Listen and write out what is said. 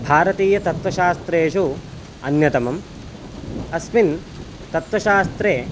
भारतीयतत्वशास्त्रेषु अन्यतमम् अस्मिन् तत्त्वशास्त्रे